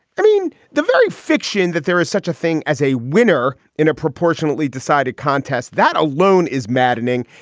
i mean, the very fiction that there is such a thing as a winner in a proportionately decided contest. that alone is maddening.